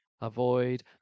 Avoid